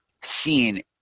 seen